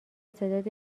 صدات